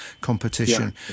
competition